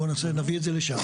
בוא נביא את זה לשם.